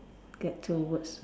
get two words